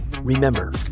Remember